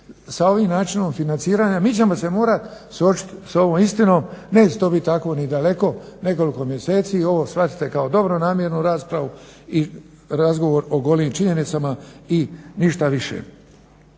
sa ovim načinom financiranja. Mi ćemo se morat suočit sa ovom istinom, nećemo to biti tako ni daleko, nekoliko mjeseci. Ovo shvatite kao dobronamjernu raspravu i razgovor o golim činjenicama i ništa više.